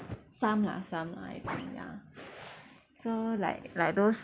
some lah some lah so like like those